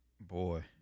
Boy